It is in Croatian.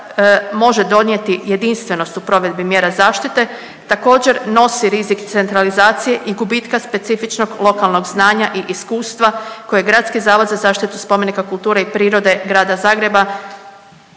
može donijeti jedinstvenost u provedbi mjera zaštite, također, nosi rizik centralizacije i gubitka specifičnog lokalnog znanja i iskustva koje Gradski zavod za zaštitu spomenika kulture i prirode Grada Zagreba